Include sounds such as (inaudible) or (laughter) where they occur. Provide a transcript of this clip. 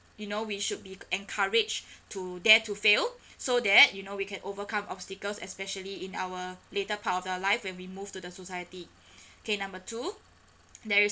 you know we should be encouraged to dare to fail so that you know we can overcome obstacles especially in our later part of our life when we move to the society (breath) okay number two there is